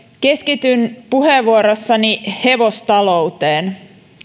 keskityn puheenvuorossani hevostalouteen